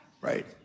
right